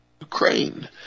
Ukraine